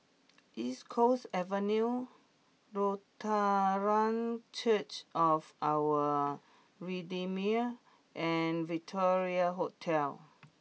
East Coast Avenue Lutheran Church of Our Redeemer and Victoria Hotel